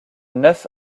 neuf